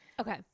Okay